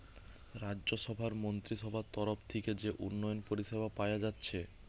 রাজ্যসভার মন্ত্রীসভার তরফ থিকে যে উন্নয়ন পরিষেবা পায়া যাচ্ছে